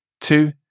Two